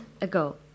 ago